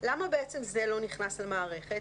למה זה לא נכנס למערכת?